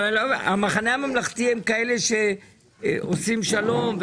המחנה הממלכתי הם כאלה שעושים שלום,